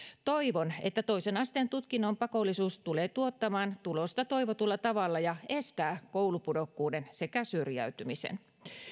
toivon että toisen asteen tutkinnon pakollisuus tulee tuottamaan tulosta toivotulla tavalla ja estää koulupudokkuuden sekä syrjäytymisen